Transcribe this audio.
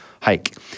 hike